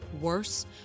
Worse